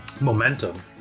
momentum